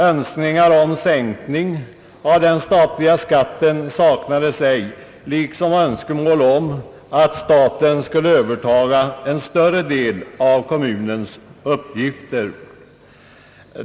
Önskningar om en sänkning av den statliga skatten saknades ej, liksom ej heller önskemål om att staten skall övertaga en större del av kommunens utgifter.